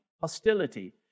hostility